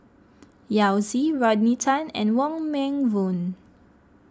Yao Zi Rodney Tan and Wong Meng Voon